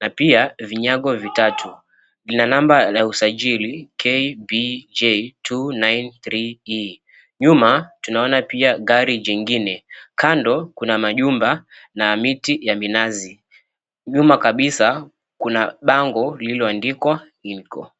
na pia vinyago vitatu. Lina namba la usajili KBJ 293E. Nyuma tunaona pia gari jingine, kando kuna majumba na miti ya minazi. Nyuma kabisa, kuna bango lililoandikwa, Incco.